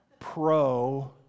pro